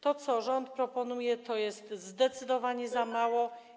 To, co rząd proponuje, to jest zdecydowanie za mało.